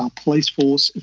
police force,